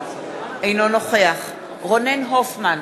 אינו נוכח רונן הופמן,